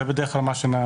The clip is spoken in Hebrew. זה בדרך כלל מה שנעשה.